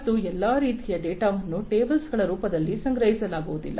ಮತ್ತು ಎಲ್ಲಾ ರೀತಿಯ ಡೇಟಾವನ್ನು ಟೇಬಲ್ಸ್ ಗಳ ರೂಪದಲ್ಲಿ ಸಂಗ್ರಹಿಸಲಾಗುವುದಿಲ್ಲ